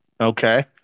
Okay